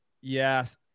Yes